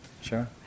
Sure